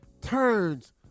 turns